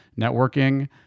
networking